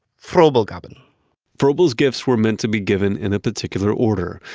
froebelgaben froebel's gifts were meant to be given in a particular order.